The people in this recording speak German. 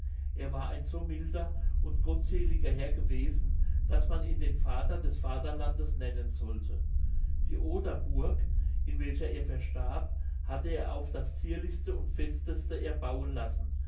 er war ein so milder und gottseliger herr gewesen daß man ihn den vater des vaterlandes nennen sollte die oderburg in welcher er verstarb hatte er auf das zierlichste und festeste erbauen lassen